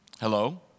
Hello